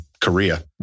Korea